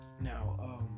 Now